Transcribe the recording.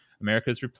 America's